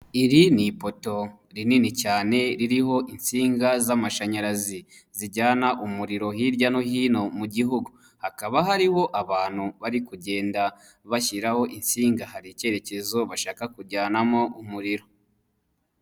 Iri ni ipoto rinini cyane ririho insinga z'amashanyarazi, zijyana umuriro hirya no hino mu gihugu, hakaba hariho abantu bari kugenda bashyiraho insinga, hari icyerekezo bashaka kujyanamo umuriro.